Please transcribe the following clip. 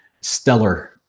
stellar